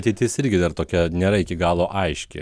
ateitis irgi dar tokia nėra iki galo aiški